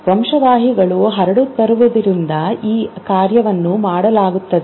ವಂಶವಾಹಿಗಳು ಹರಡುತ್ತಿರುವುದರಿಂದ ಈ ಕಾರ್ಯವನ್ನು ಮಾಡಲಾಗುತ್ತದೆ